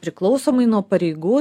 priklausomai nuo pareigų